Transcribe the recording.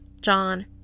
John